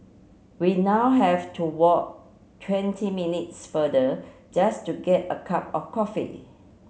we now have to walk twenty minutes further just to get a cup of coffee